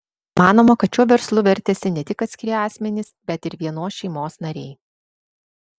manoma kad šiuo verslu vertėsi ne tik atskiri asmenys bet ir vienos šeimos nariai